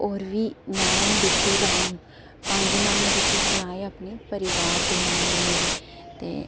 और बी नांऽ ना बिट्टू राम पंज नांऽ में तुसे सनाए ना अपने परिवार दे नांऽ ने मेरे ते